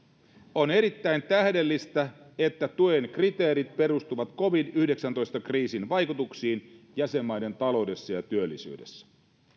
on erittäin tähdellistä että tuen kriteerit perustuvat covid yhdeksäntoista kriisin vaikutuksiin jäsenmaiden taloudessa ja työllisyydessä